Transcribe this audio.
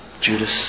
Judas